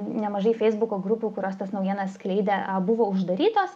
nemažai feisbuko grupių kurios tas naujienas skleidė buvo uždarytos